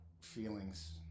feelings